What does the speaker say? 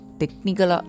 technical